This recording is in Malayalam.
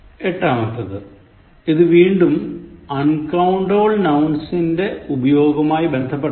എട്ടാമത്തേത് ഇത് വീണ്ടും അൺകൌണ്ടബിൽ നൌൻസിൻറെ ഉപയോഗവുമായി ബന്ധപ്പെട്ടാണ്